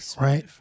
Right